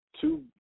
Two